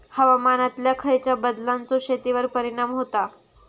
हवामानातल्या खयच्या बदलांचो शेतीवर परिणाम होता?